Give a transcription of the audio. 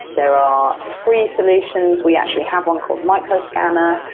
there are free solutions. we actually have one called microscanner.